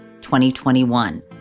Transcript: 2021